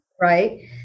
right